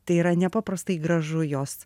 tai yra nepaprastai gražu jos